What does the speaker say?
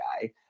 guy